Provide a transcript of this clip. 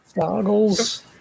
goggles